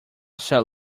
saw